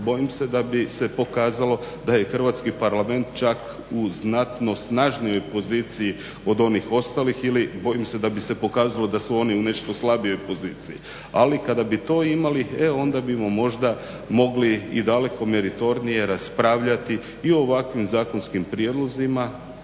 bojim se da bi se pokazalo da je Hrvatski parlament čak u znatno snažnijih poziciji od onih ostalih ili bojim se da bi se pokazalo da su oni u nešto slabijoj poziciji. Ali kada bi to imali e onda bimo možda mogli i daleko meritornije raspravljati i o ovakvim zakonskim prijedlozima